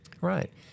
Right